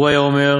הוא היה אומר,